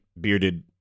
bearded